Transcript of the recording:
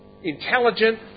intelligent